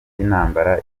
by’intambara